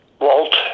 Walt